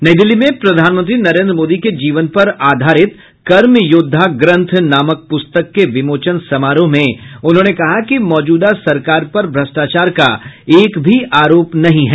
नई दिल्ली में प्रधानमंत्री नरेन्द्र मोदी के जीवन पर आधारित कर्म योद्धा ग्रंथ नामक पुस्तक के विमोचन समारोह में उन्होंने कहा कि मौजूदा सरकार पर भ्रष्टाचार का एक भी आरोप नहीं है